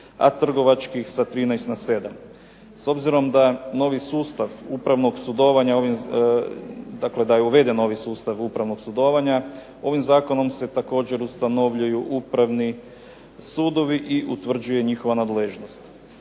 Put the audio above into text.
upravnog sudovanja, dakle da je uveden novi sustav upravnog sudovanja, ovim zakonom se također ustanovljuju upravni sudovi i utvrđuje njihova nadležnost.